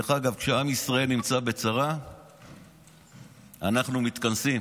דרך אגב, כשעם ישראל נמצא בצרה אנחנו מתכנסים,